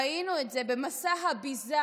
ראינו את זה במסע הביזה